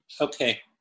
Okay